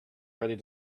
ready